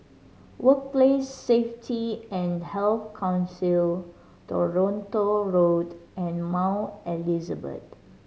Workplace Safety and Health Council Toronto Road and Mount Elizabeth